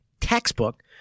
textbook